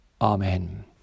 Amen